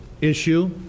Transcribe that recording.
issue